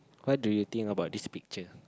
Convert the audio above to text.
why do you think about this picture